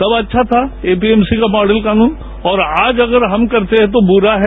तब अच्छा था एमपीएमसी का मॉडल कानून और आज अगर हम करते हैं तो बुरा है